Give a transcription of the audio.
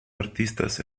artistas